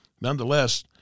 Nonetheless